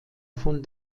von